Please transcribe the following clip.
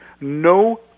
No